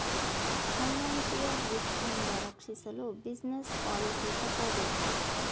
financial risk ನಿಂದ ರಕ್ಷಿಸಲು business policy ತಕ್ಕೋಬೇಕು